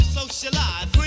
socialize